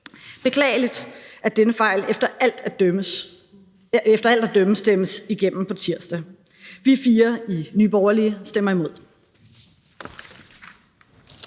beklageligt, at denne fejl efter alt at dømme stemmes igennem på tirsdag. Vi fire i Nye Borgerlige stemmer imod.